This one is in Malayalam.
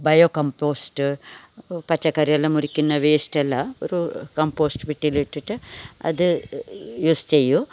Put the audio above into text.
ബയോ കമ്പോസ്റ്റ് പച്ചക്കറിയെല്ലാം മുറിക്കുന്ന വേസ്റ്റെല്ലാം ഒരു കംപോസ്റ്റ് പെട്ടിയിൽ ഇട്ടിട്ട് അത് യൂസ് ചെയ്യും